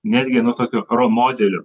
netgi nuo tokio ro modelio